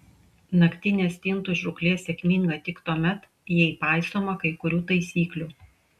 naktinė stintų žūklė sėkminga tik tuomet jei paisoma kai kurių taisyklių